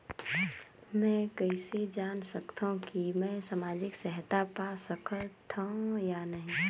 मै कइसे जान सकथव कि मैं समाजिक सहायता पा सकथव या नहीं?